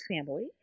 family